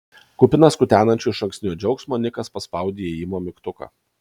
kupinas kutenančio išankstinio džiaugsmo nikas paspaudė įėjimo mygtuką